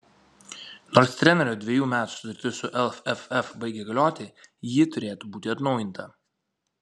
nors trenerio dvejų metų sutartis su lff baigė galioti ji turėtų būti atnaujinta